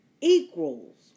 Equals